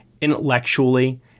intellectually